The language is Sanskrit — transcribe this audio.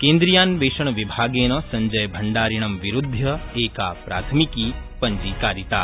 केन्द्रीयान्वेषणविभागेन संजयभण्डारिणं विरुद्धय एकाप्राथमिकी पञ्जीकारिता